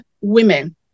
women